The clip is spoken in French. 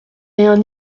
rien